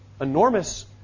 enormous